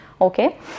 Okay